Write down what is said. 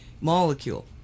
molecule